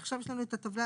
עכשיו יש לנו את הטבלה,